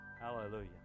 Hallelujah